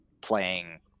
playing